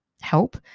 help